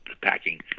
packing